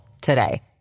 today